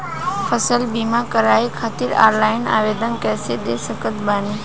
फसल बीमा करवाए खातिर ऑनलाइन आवेदन कइसे दे सकत बानी?